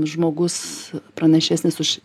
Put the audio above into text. žmogus pranašesnis už